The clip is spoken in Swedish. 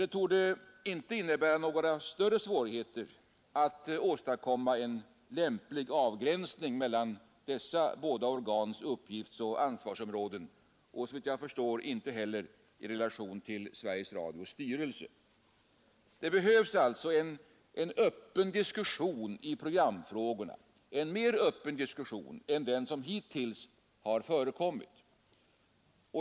Det torde dock inte innebära några större svårigheter att åstadkomma en lämplig avgränsning mellan dessa båda organs uppgiftsoch ansvarsområden, och såvitt jag förstår skulle det heller inte innebära svårigheter i relation till Sveriges Radios styrelse. Det behövs alltså en mer öppen diskussion i programfrågorna än den som hittills förekommit.